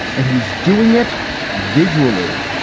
and he's doing it visually.